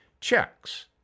checks